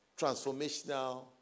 transformational